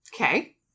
Okay